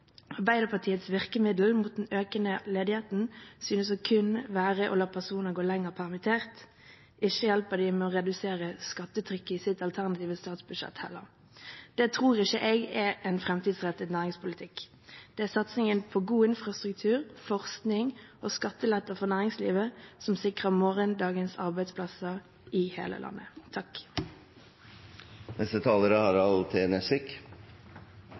Arbeiderpartiets virkemiddel mot den økende ledigheten synes kun å være å la personer gå lenger permittert – ikke å hjelpe dem med å redusere skattetrykket i sitt alternative statsbudsjett heller. Det tror ikke jeg er en fremtidsrettet næringspolitikk. Det er satsingen på god infrastruktur, forskning og skatteletter for næringslivet som sikrer morgendagens arbeidsplasser i hele landet. Først av alt takk